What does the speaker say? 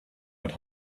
had